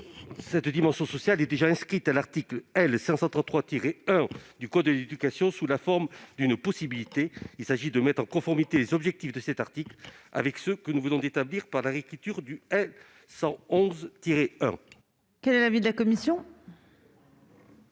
Cette dimension sociale est déjà inscrite à l'article L. 533-1 du code de l'éducation sous la forme d'une possibilité. Il s'agit donc de mettre en conformité les objectifs de cet article avec ceux que nous venons d'établir par la réécriture de l'article L. 111-1. Quel est l'avis de la commission